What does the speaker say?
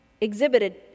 exhibited